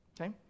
okay